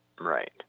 Right